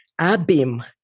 Abim